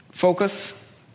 Focus